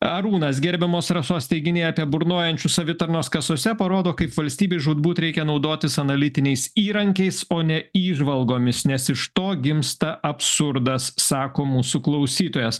arūnas gerbiamos rasos teiginiai apie burnojančius savitarnos kasose parodo kaip valstybei žūtbūt reikia naudotis analitiniais įrankiais o ne įžvalgomis nes iš to gimsta absurdas sako mūsų klausytojas